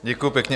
Děkuju pěkně.